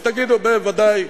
אז תגידו בוודאי,